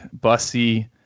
Bussy